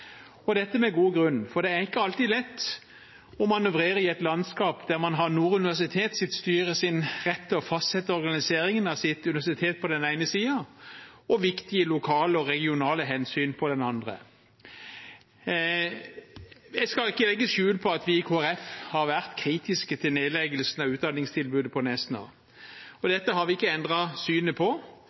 et landskap der man har Nord universitets styres rett til å fastsette organiseringen av sitt universitet på den ene siden og viktige lokale og regionale hensyn på den andre. Jeg skal ikke legge skjul på at vi i Kristelig Folkeparti har vært kritiske til nedleggelsen av utdanningstilbudet på Nesna, og dette har vi ikke endret syn på.